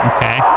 Okay